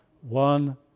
one